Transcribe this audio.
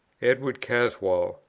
edward caswall,